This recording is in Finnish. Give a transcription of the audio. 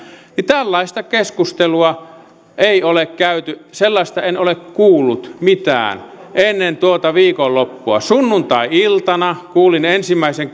niin tällaista keskustelua ei ole käyty sellaisesta en ole kuullut mitään ennen tuota viikonloppua sunnuntai iltana kuulin ensimmäisen